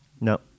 No